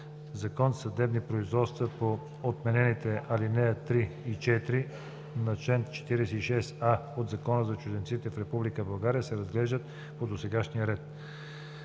закон съдебни производства по отменените ал. 3 и 4 на чл. 46а от Закона за чужденците в Република България се разглеждат по досегашния ред.“